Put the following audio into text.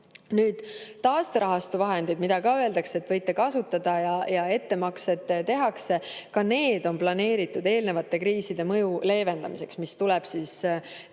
Taasterahastu vahendid, mille kohta ka öeldakse, et võite kasutada, ja ettemaksed tehakse, ka need on planeeritud eelnevate kriiside mõju leevendamiseks, mis tuleb eelkõige